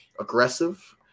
aggressive